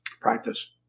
Practice